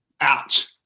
Out